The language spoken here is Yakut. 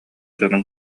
дьонун